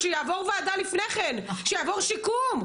שיעבור ועדה לפני כן, שיעבור שיקום.